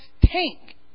tank